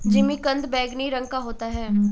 जिमीकंद बैंगनी रंग का होता है